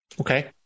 Okay